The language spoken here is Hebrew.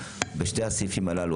בשני הסעיפים הללו,